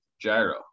gyro